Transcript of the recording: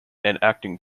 acting